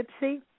Gypsy